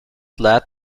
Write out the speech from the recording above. glad